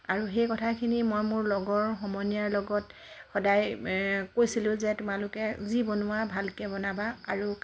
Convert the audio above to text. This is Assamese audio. আৰু সেই কথাখিনি মই মোৰ লগৰ সমনীয়াৰ লগত সদায় কৈছিলোঁ যে তোমালোকে যি বনোৱা ভালকৈ বনাবা আৰু